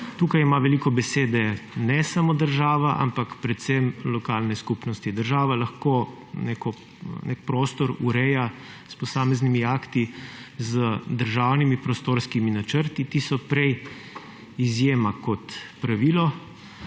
Tukaj ima veliko besede ne samo država, ampak predvsem lokalne skupnosti. Država lahko nek prostor ureja s posameznimi akti, z državnimi prostorskimi načrti ‒ ti so prej izjema kot pravilo